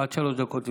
עד שלוש דקות לרשותך.